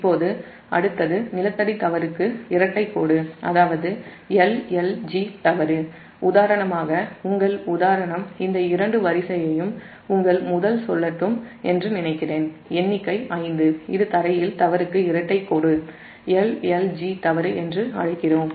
இப்போது அடுத்தது நிலத்தடி தவறுக்கு இரட்டைக் கோடு அதாவது L L G தவறு உதாரணமாக இந்த இரண்டு வரியையும் உங்கள் எண்ணிக்கை 5 முதல் சொல்லட்டும் என்று நினைக்கிறேன் இது தரையில் தவறுக்கு இரட்டைக் கோடு L L G தவறு என்று அழைக்கிறோம்